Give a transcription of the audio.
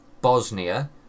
Bosnia